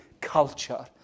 culture